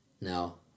No